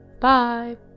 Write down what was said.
Bye